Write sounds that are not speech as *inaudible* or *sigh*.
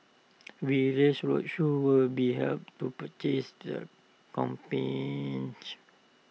various roadshows will be held to *unintelligible* their campaign *noise*